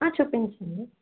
చూపించండి